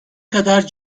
kadar